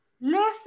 Listen